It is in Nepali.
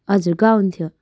हजुर गाउन थियो